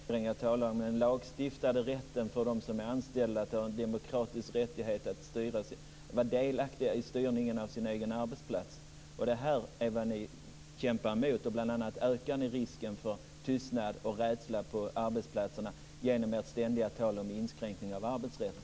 Fru talman! Jag talar inte om finansiering, jag talar om den lagstiftade rätten för dem som är anställda att ha en demokratisk rättighet att vara delaktiga i styrningen av sin egen arbetsplats. Det är vad ni kämpar emot. Bl.a. ökar ni risken för tystnad och rädsla på arbetsplatserna genom ert ständiga tal om inskränkningar i arbetsrätten.